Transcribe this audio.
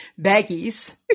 baggies